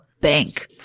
Bank